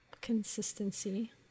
consistency